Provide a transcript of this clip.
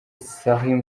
saleh